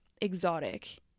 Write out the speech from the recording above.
exotic